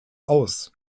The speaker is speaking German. aus